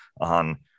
on